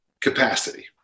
capacity